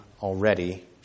already